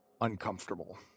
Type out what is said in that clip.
uncomfortable